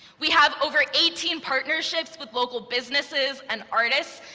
we have over eighteen partnerships with local businesses and artists,